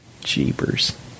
Jeepers